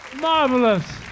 marvelous